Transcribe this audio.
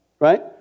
Right